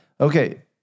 Okay